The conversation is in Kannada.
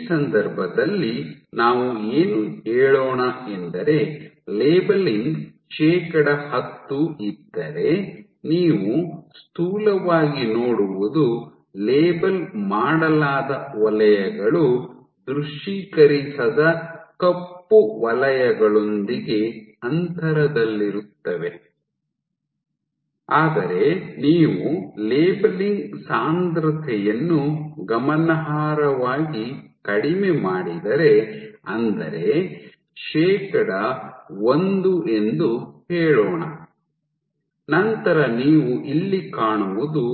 ಈ ಸಂದರ್ಭದಲ್ಲಿ ನಾವು ಏನು ಹೇಳೋಣ ಎಂದರೆ ಲೇಬಲಿಂಗ್ ಶೇಕಡಾ ಹತ್ತು ಇದ್ದರೆ ನೀವು ಸ್ಥೂಲವಾಗಿ ನೋಡುವುದು ಲೇಬಲ್ ಮಾಡಲಾದ ವಲಯಗಳು ದೃಶ್ಯೀಕರಿಸದ ಕಪ್ಪು ವಲಯಗಳೊಂದಿಗೆ ಅಂತರದಲ್ಲಿರುತ್ತವೆ ಆದರೆ ನೀವು ಲೇಬಲಿಂಗ್ ಸಾಂದ್ರತೆಯನ್ನು ಗಮನಾರ್ಹವಾಗಿ ಕಡಿಮೆ ಮಾಡಿದರೆ ಅಂದರೆ ಶೇಕಡಾ ಒಂದು ಎಂದು ಹೇಳೋಣ ನಂತರ ನೀವು ಇಲ್ಲಿ ಕಾಣುವುದು